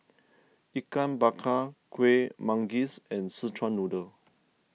Ikan Bakar Kueh Manggis and Szechuan Noodle